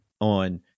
on